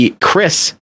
Chris